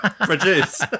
Produce